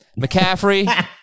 McCaffrey